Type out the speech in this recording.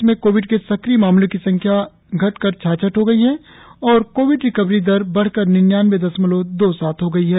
प्रदेश में कोविड के सक्रिय मामलों की संख्या छाछठ हो गई है और कोविड रिकवरी दर निन्यानबे दशमलव दो सात है